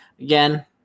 Again